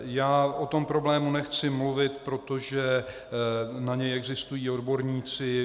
Já o tom problému nechci mluvit, protože na něj existují odborníci.